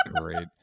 great